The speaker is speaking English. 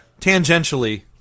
tangentially